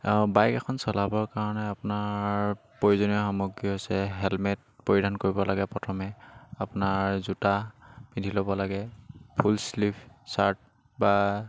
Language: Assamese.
বাইক এখন চলাবৰ কাৰণে আপোনাৰ প্ৰয়োজনীয় সামগ্ৰী হৈছে হেলমেট পৰিধান কৰিব লাগে প্ৰথমে আপোনাৰ জোতা পিন্ধি ল'ব লাগে ফুল শ্লীভ চাৰ্ট বা